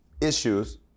issues